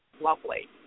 lovely